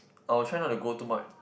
I'll try not to go too much